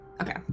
Okay